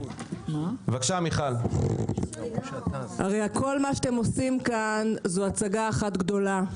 כל מה שאתם עושים כאן זו הצגה אחת גדולה.